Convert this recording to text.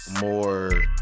more